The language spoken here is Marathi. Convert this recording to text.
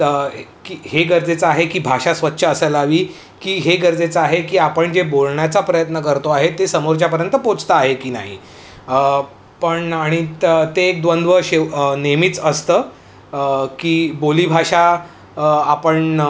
त की हे गरजेचं आहे की भाषा स्वच्छ असायला हवी की हे गरजेचं आहे की आपण जे बोलण्याचा प्रयत्न करतो आहे ते समोरपर्यंत पोहोचत आहे की नाही पण आणि त ते एक द्वंद्व शेव नेहमीच असतं की बोलीभाषा आपण